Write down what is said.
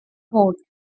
port